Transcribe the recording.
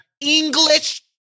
English